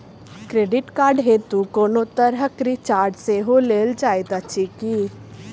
Credit card हेतु कोनो तरहक चार्ज सेहो लेल जाइत अछि की?